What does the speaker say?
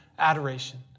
Adoration